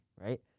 right